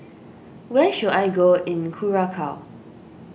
where should I go in Curacao